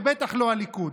ובטח לא הליכוד.